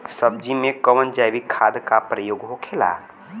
सब्जी में कवन जैविक खाद का प्रयोग होखेला?